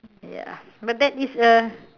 ya but that is a